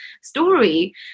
story